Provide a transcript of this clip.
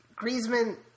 Griezmann